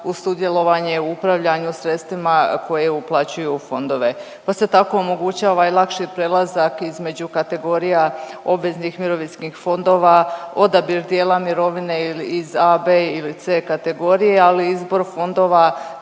u sudjelovanje u upravljanju sredstvima koje uplaćuju u fondove pa se tako omogućava i lakši prelazak između kategorija obveznih mirovinskih fondova, odabir dijela mirovine ili iz A, B ili C kategorije ali izbor fondova